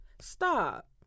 Stop